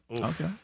Okay